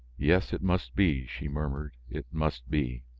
yes, it must be, she murmured, it must be.